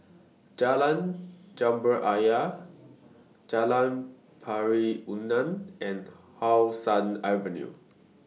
Jalan Jambu Ayer Jalan Pari Unak and How Sun Avenue